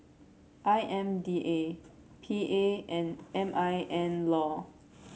I M D A P A and M I N law